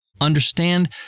Understand